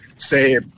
say